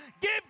give